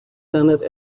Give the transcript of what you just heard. senate